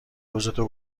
روزتو